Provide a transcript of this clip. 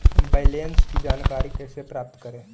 Balance की जानकारी कैसे प्राप्त करे?